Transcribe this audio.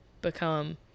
become